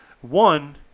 One